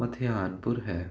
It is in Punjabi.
ਮਥਿਆਰਪੁਰ ਹੈ